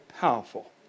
powerful